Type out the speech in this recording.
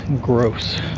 gross